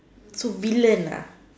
two billion lah